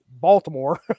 Baltimore